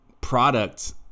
product